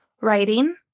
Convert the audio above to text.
writing